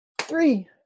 three